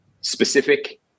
specific